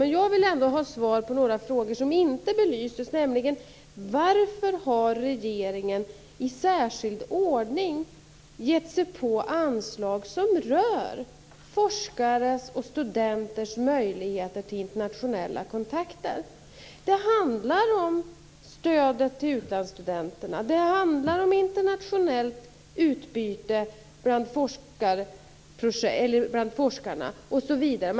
Men jag vill ändå ha svar på något som inte belyses, nämligen: Varför har regeringen i särskild ordning gett sig på anslag som rör forskares och studenters möjligheter till internationella kontakter? Det handlar om stödet till utlandsstudenterna, om internationellt utbyte bland forskare osv.